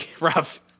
rough